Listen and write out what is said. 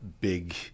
big